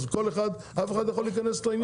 אז אף אחד לא יכול להיכנס לאירוע.